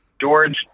George